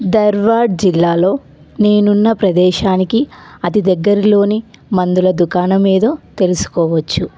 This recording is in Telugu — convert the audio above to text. ధర్వాడ్ జిల్లాలో నేనున్న ప్రదేశానికి అతిదగ్గరలోని మందుల దుకాణం ఏదో తెలుసుకోవచ్చు